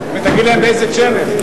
ותגיד להם באיזה channel.